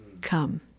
come